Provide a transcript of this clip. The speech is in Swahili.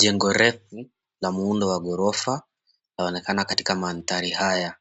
Jengo refu na muundo wa ghorofa inaonekana katika mandhari haya.